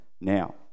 now